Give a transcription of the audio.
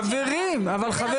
חברים, אבל חברים.